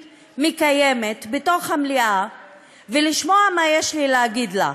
מקיימת בתוך המליאה ותשמע מה יש לי להגיד לה.